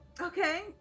Okay